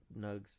nugs